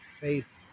Faith